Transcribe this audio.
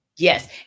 Yes